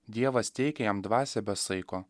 dievas teikia jam dvasią be saiko